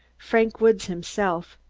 frank woods, himself,